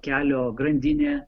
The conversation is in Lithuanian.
kelio grandinė